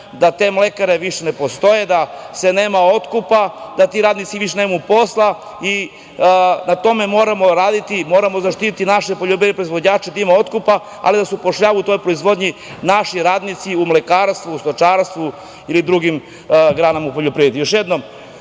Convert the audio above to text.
da te mlekare više ne postoje, da nema otkupa, ti radnici više nemaju posla i na tome moramo raditi, moramo zaštiti naše poljoprivredne proizvođače, da ima otkupa, ali da se zapošljavaju u toj proizvodnji naši radnici, u mlekarstvu, stočarstvu ili drugim granama u poljoprivredi. Još